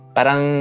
Parang